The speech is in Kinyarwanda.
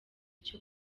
icyo